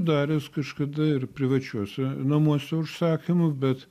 daręs kažkada ir privačiuose namuose užsakymų bet